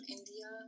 India